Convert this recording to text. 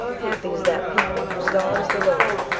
happy is that people whose god is the lord.